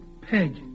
Peg